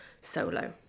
solo